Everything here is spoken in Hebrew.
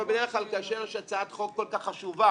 אבל בדרך כלל כאשר יש הצעת חוק כל כך חשובה,